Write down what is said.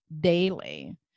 daily